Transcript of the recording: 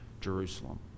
Jerusalem